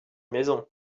maison